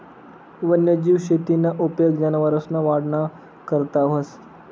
वन्यजीव शेतीना उपेग जनावरसना वाढना करता व्हस